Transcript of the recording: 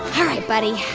all right, buddy.